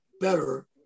better